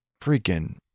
freaking